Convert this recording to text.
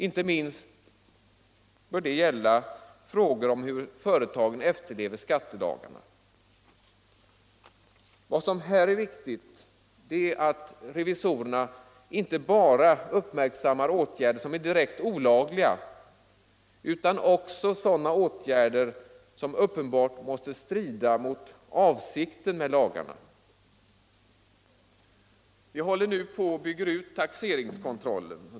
Inte minst bör det gälla frågor om hur företagen efterlever skattelagarna. Vad som här är viktigt är att revisorerna inte bara uppmärksammar åtgärder som är direkt olagliga utan också sådana åtgärder som uppenbart måste strida mot avsikten med lagarna. Vi håller nu på och bygger ut taxeringskontrollen.